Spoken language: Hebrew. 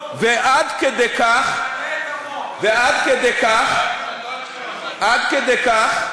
ועד כדי כך, ועד כדי כך, עד כדי כך,